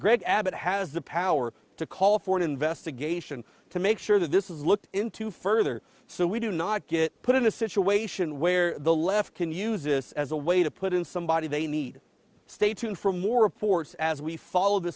abbott has the power to call for an investigation to make sure that this is looked into further so we do not get put in a situation where the left can use this as a way to put in somebody they need stay tuned for more reports as we follow the